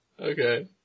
Okay